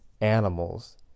animals